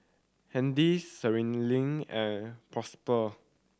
Handy Sherilyn and Prosper